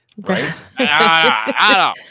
right